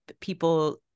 people